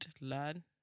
learn